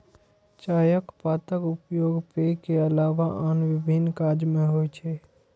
चायक पातक उपयोग पेय के अलावा आन विभिन्न काज मे होइ छै